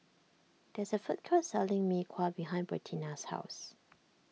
there is a food court selling Mee Kuah behind Bertina's house